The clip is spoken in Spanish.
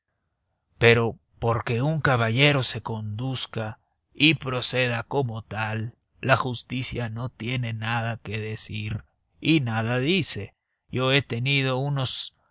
pero porque un caballero se conduzca y proceda como tal la justicia no tiene nada que decir y nada dice yo he tenido unos